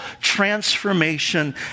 transformation